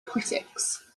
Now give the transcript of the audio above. critics